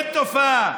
אין תופעה,